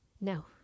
No